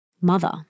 mother